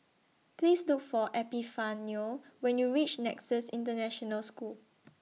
Please Look For Epifanio when YOU REACH Nexus International School